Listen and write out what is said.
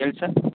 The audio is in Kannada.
ಹೇಳಿ ಸರ್